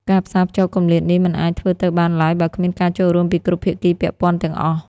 ការផ្សារភ្ជាប់គម្លាតនេះមិនអាចធ្វើទៅបានឡើយបើគ្មានការចូលរួមពីគ្រប់ភាគីពាក់ព័ន្ធទាំងអស់។